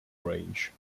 range